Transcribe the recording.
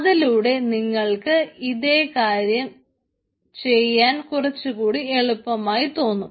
അതിലൂടെ നിങ്ങൾക്ക് ഇതേ കാര്യം ചെയ്യാൻ കുറച്ചുകൂടി എളുപ്പമായി തോന്നും